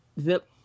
zip